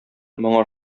моңа